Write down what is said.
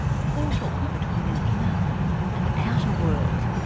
a portal between an inner and outer world.